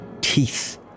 teeth